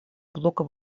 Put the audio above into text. блока